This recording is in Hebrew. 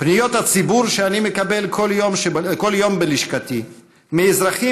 פניות הציבור שאני מקבל כל יום בלשכתי מאזרחים